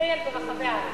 נטייל ברחבי הארץ.